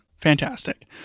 Fantastic